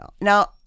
Now